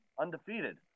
undefeated